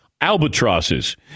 albatrosses